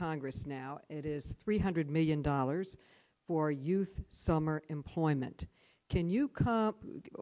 congress now it is three hundred million dollars for youth summer employment can you come